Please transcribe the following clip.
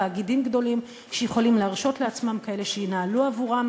תאגידים גדולים שיכולים להרשות לעצמם כאלה שינהלו עבורם